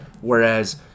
whereas